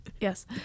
yes